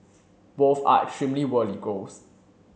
both are extremely worthy goals